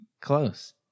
Close